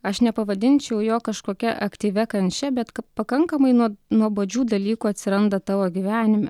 aš nepavadinčiau jo kažkokia aktyvia kančia bet pakankamai nuo nuobodžių dalykų atsiranda tavo gyvenime